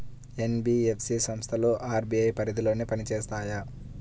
NBFC సంస్థలు RBI పరిధిలోనే పని చేస్తాయా?